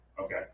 Okay